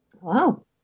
Wow